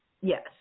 Yes